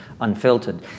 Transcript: unfiltered